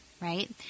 right